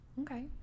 Okay